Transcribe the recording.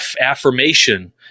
affirmation